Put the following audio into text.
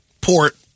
port